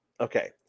Okay